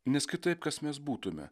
nes kitaip kas mes būtume